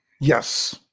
Yes